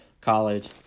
college